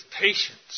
patience